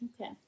Okay